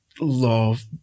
love